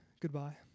Goodbye